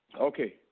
Okay